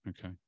okay